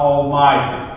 Almighty